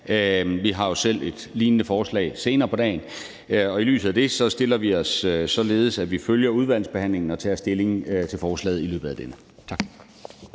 Vi har selv et lignende forslag senere på dagen, og i lyset af det stiller vi os således, at vi følger udvalgsbehandlingen og tager stilling til forslaget i løbet af denne. Tak.